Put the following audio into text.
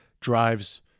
drives